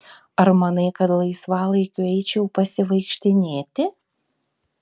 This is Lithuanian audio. ar manai kad laisvalaikiu eičiau pasivaikštinėti